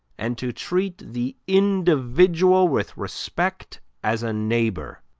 and to treat the individual with respect as a neighbor